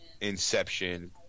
Inception